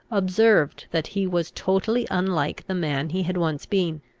observed that he was totally unlike the man he had once been.